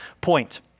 point